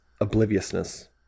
obliviousness